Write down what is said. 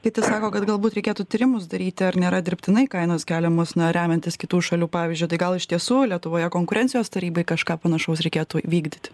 kiti sako kad galbūt reikėtų tyrimus daryti ar nėra dirbtinai kainos keliamos na remiantis kitų šalių pavyzdžiu tai gal iš tiesų lietuvoje konkurencijos tarybai kažką panašaus reikėtų vykdyti